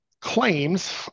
claims